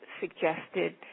suggested